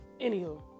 anywho